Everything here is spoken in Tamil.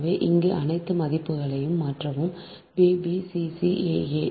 எனவே இந்த அனைத்து மதிப்புகளையும் மாற்றவும் b b c c a a